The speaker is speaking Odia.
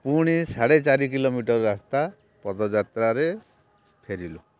ପୁଣି ସାଢ଼େ ଚାରି କିଲୋମିଟର୍ ରାସ୍ତା ପଦ ଯାତ୍ରାରେ ଫେରିଲୁ